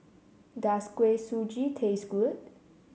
does Kuih Suji taste good